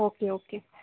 okay okay